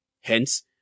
Hence